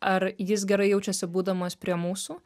ar jis gerai jaučiasi būdamas prie mūsų